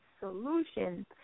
solution